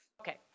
Okay